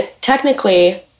technically